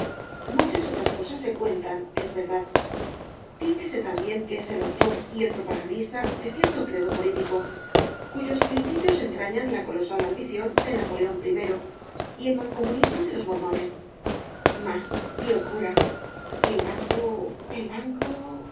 muchas otras cosas se cuentan es verdad dícese también que es el autor y el propagandista de cierto credo político cuyos principios entrañan la colosal ambición de napoleón i y el mancomunismo de los mormones mas locura el banco el banco